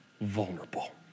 vulnerable